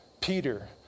Peter